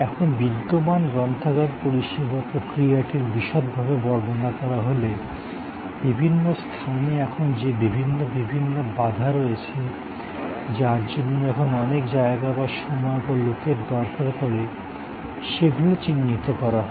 এখন বিদ্যমান গ্রন্থাগার পরিষেবা প্রক্রিয়াটির বিশদভাবে বর্ণনা করা হলে বিভিন্ন স্থানে এখন যে বিভিন্ন বিভিন্ন বাধা রয়েছে যার জন্য এখন অনেক জায়গা বা সময় বা লোকের দরকার পড়ে সেগুলো চিহ্নিত করা হয়